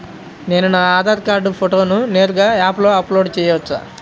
నేను నా ఆధార్ కార్డ్ ఫోటోను నేరుగా యాప్లో అప్లోడ్ చేయవచ్చా?